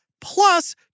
plus